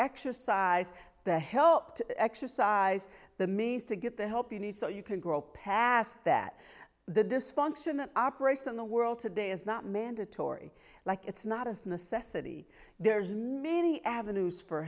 exercise the help to exercise the means to get the help you need so you can grow past that the dysfunction that operates in the world today is not mandatory like it's not a necessity there's many avenues for